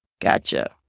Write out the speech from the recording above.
Gotcha